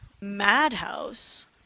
Madhouse